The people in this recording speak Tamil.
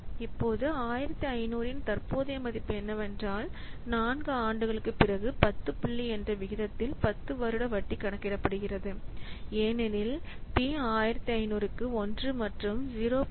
இப்போது 1500 இன் தற்போதைய மதிப்பு என்னவென்றால் 4 ஆண்டுகளுக்குப் பிறகு 10 புள்ளி என்ற விகிதத்தில் 10 வருட வட்டி கணக்கிடப்படுகிறது ஏனெனில் பி 1500 க்கு 1 மற்றும் 0